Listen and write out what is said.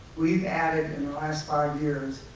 we've added, in the last five years,